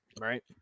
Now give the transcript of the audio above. Right